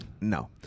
No